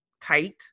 tight